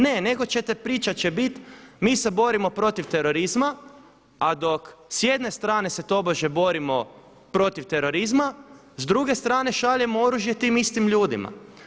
Ne nego ćete, priča će biti mi se borimo protiv terorizma, a dok s jedne strane se tobože borimo protiv terorizma, s druge strane šaljemo oružje tim istim ljudima.